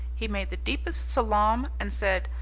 he made the deepest salaam and said,